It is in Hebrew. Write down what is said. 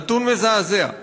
נתון מזעזע.